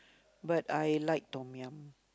but I like Tom-Yum